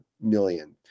million